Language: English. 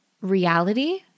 reality